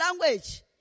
language